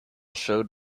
showed